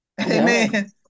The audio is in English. Amen